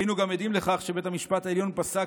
היינו גם עדים לכך שבית המשפט העליון פסק,